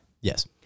Yes